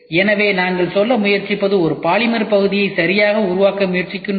எனவே நாங்கள் சொல்ல முயற்சிப்பது ஒரு பாலிமர் பகுதியை சரியாக உருவாக்க முயற்சிக்கிறோம்